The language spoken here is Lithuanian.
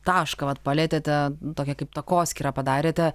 tašką vat palietėte tokią kaip takoskyrą padarėte